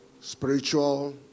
spiritual